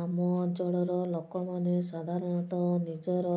ଆମ ଅଞ୍ଚଳର ଲୋକମାନେ ସାଧାରଣତଃ ନିଜର